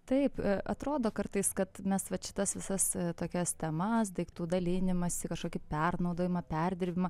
taip atrodo kartais kad mes vat šitas visas tokias temas daiktų dalinimąsi kažkokį pernaudojimą perdirbimą